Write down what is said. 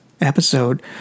episode